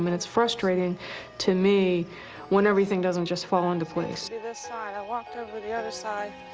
um and it's frustrating to me when everything doesn't just fall into place. this side. i walked over the other side.